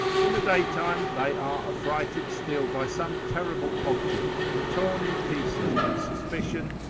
in the daytime they are affrighted still by some terrible object, and torn in pieces with suspicion,